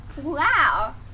Wow